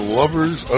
lovers